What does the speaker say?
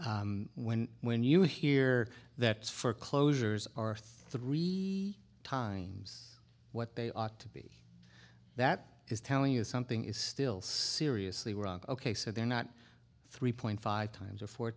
when when you hear that for closures are three times what they ought to be that is telling you something is still seriously wrong ok so they're not three point five times or four